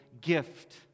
gift